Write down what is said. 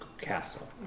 castle